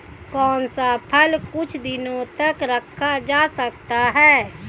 कौन सा फल कुछ दिनों तक रखा जा सकता है?